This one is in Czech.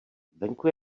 venku